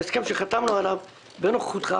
ההסכם שחתמנו עליו בנוכחותך